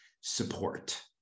support